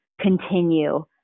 continue